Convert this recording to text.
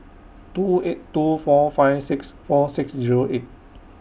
two eight two four five six four six Zero eight